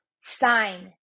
Sign